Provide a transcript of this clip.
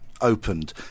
opened